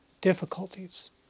difficulties